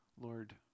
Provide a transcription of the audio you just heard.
Lord